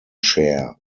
share